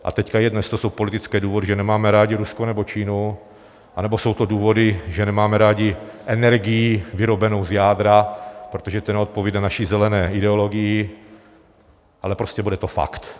A teď je jedno, jestli to jsou politické důvody, že nemáme rádi Rusko nebo Čínu, anebo jsou to důvody, že nemáme rádi energii vyrobenou z jádra, protože to neodpovídá naší zelené ideologii, ale prostě bude to fakt.